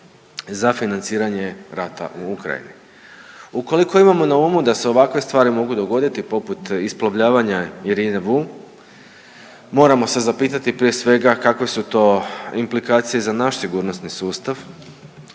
za financiranje rata u Ukrajini. Ukoliko imamo na umu da se ovakve stvari mogu dogoditi poput isplovljavanja „Irine VU“ moramo se zapitati prije svega kakve su to implikacije za naš sigurnosni sustav,